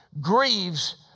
grieves